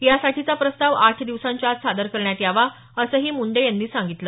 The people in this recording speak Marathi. यासाठीचा प्रस्ताव आठ दिवसांच्या आत सादर करण्यात यावा असंही मुंडे यांनी यावेळी सांगितलं